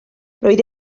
roedd